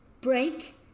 break